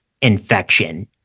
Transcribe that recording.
infection